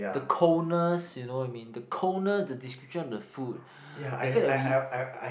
the coldness you know what I mean the coldness the description of the food the fact that we